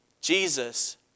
Jesus